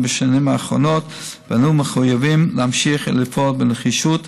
בשנים האחרונות ואנו מחויבים להמשיך לפעול בנחישות